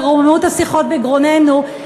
ורוממות השיחות בגרוננו,